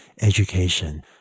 education